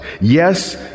Yes